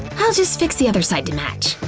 i'll just fix the other side to match.